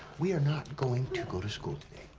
we are not going to go to school